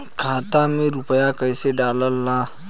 खाता में रूपया कैसे डालाला?